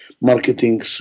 marketing